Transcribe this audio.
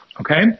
Okay